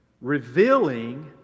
revealing